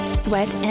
sweat